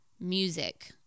music